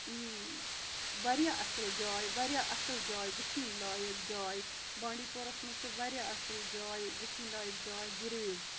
واریاہ اَصٕل جاے واریاہ اَصٕل جاے وٕچھِنۍ لایَق جاے بانٛڈی پورہَس منٛز چھِ واریاہ اَصٕل جاے وٕچھِنۍ لایَق جاے گُریز